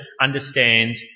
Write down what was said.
understand